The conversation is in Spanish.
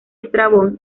estrabón